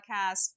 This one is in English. podcast